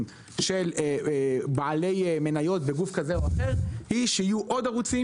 של בעלי מניות בגוף כזה או אחר היא שיהיו עוד ערוצים